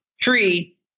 tree